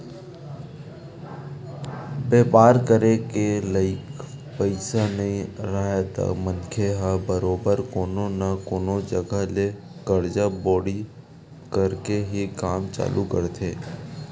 बेपार करे के लइक पइसा नइ राहय त मनखे ह बरोबर कोनो न कोनो जघा ले करजा बोड़ी करके ही काम चालू करथे